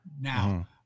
now